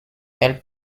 elles